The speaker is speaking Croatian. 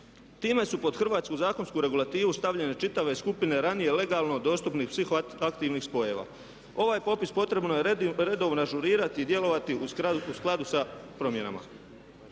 Time su pod hrvatsku zakonsku regulativu stavljene čitave skupine ranije legalno dostupnih psihoaktivnih spojeva. Ovaj popis potrebno je redovno ažurirati i djelovati u skladu sa promjenama.